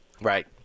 Right